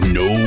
no